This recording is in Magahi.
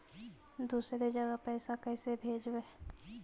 दुसरे जगह पैसा कैसे भेजबै?